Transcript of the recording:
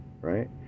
right